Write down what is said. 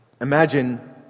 Imagine